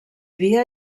dia